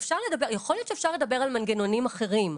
יכול להיות שאפשר לדבר על מנגנונים אחרים,